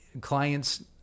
clients